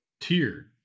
tier